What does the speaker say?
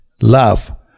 love